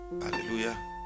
hallelujah